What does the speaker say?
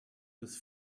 was